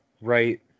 right